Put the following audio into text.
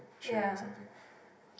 ya